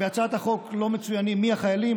בהצעת החוק לא מצוין מי החיילים,